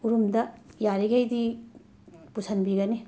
ꯎꯔꯨꯝꯗ ꯌꯥꯔꯤꯈꯩꯗꯤ ꯄꯨꯁꯤꯟꯕꯤꯒꯅꯤ